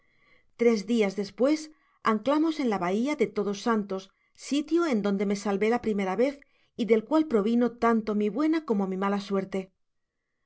tres dias despues anclamos en la bahía de todos santos sitio en donde me salvé la primera vez y del cual provino tanto mi buena como mi mala suerte